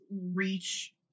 reach